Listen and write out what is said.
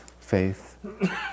Faith